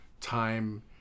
Time